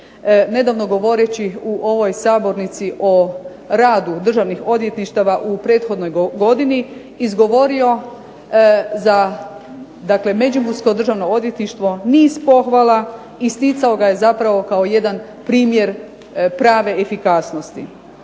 nedavno govoreći u ovoj Sabornici o radu Državnih odvjetništava u prethodnoj godini izgovorio za Međimursko Državno odvjetništvo niz pohvala, isticao ga je zapravo kao jedan primjer prave efikasnosti.